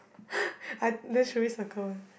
I then should we circle it